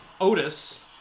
Otis